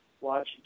watch